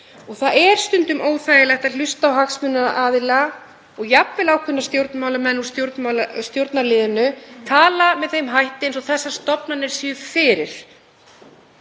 Það er stundum óþægilegt að hlusta á hagsmunaaðila og jafnvel ákveðna stjórnmálamenn úr stjórnarliðinu tala með þeim hætti að þessar stofnanir séu fyrir.